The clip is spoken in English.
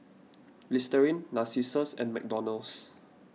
Listerine Narcissus and McDonald's